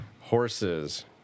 Horses